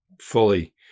fully